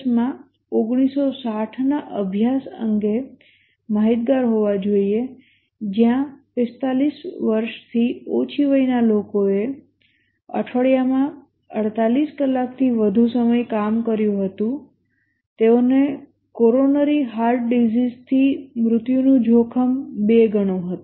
માં 1960 ના અભ્યાસ અંગે માહિતગાર હોવા જોઈએ જ્યાં 45 વર્ષથી ઓછી વયના લોકોએ અઠવાડિયામાં 48 કલાકથી વધુ સમય કામ કર્યું હતું તેઓને કોરોનરી હાર્ટ ડિસીઝથી મૃત્યુનું જોખમ બે ગણું હતું